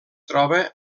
troba